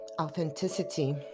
authenticity